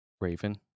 Raven